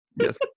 Yes